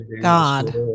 god